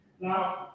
Now